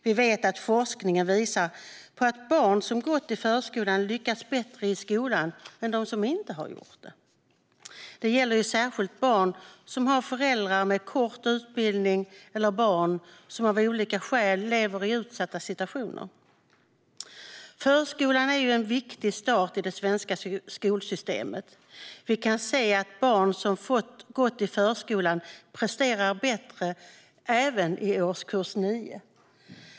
Vi vet att forskningen visar på att barn som har gått i förskolan lyckas bättre i skolan än de som inte har gjort det. Det gäller särskilt barn som har föräldrar med kort utbildning eller barn som av olika skäl lever i utsatta situationer. Förskolan är en viktig start i det svenska skolsystemet. Vi kan se att barn som fått gå i förskolan presterar bättre även i årskurs 9.